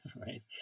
right